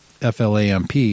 FLAMP